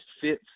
fits